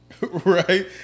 right